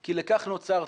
כי לכך נוצרת.